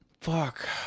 Fuck